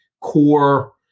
core